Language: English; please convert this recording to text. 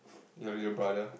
you and your brother